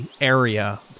area